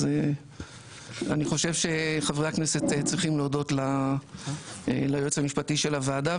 אז אני חושב שחברי הכנסת צריכים להודות ליועץ המשפטי של הוועדה,